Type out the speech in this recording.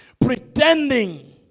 pretending